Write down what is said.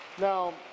Now